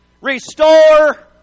restore